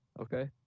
Okay